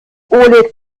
oleg